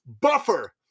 Buffer